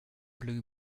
blue